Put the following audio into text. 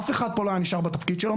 אף אחד לא היה נשאר בתפקיד שלו.